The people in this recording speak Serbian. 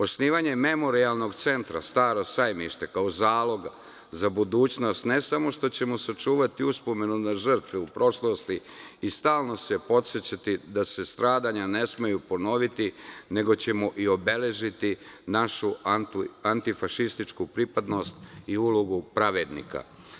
Osnivanje Memorijalnog centra "Staro sajmište", kao zaloga za budućnost, ne samo što ćemo sačuvati uspomenu na žrtve u prošlosti i stalno se podsećati da se stradanja ne smeju ponoviti, nego ćemo i obeležiti našu antifašističku pripadnost i ulogu pravednika.